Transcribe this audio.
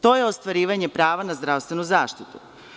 To je ostvarivanje prava na zdravstvenu zaštitu.